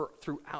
throughout